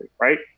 right